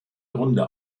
runde